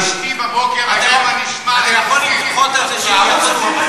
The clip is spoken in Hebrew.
אתה יכול למחות על זה שהם יצאו,